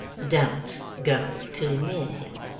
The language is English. don't go too near him